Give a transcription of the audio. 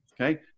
Okay